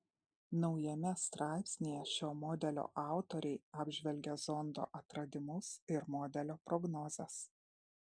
naujame straipsnyje šio modelio autoriai apžvelgia zondo atradimus ir modelio prognozes